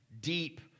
deep